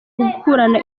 gukurana